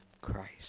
Christ